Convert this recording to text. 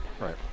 Right